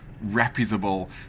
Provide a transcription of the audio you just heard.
reputable